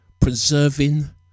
preserving